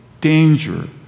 danger